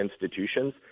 institutions